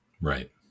Right